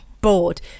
bored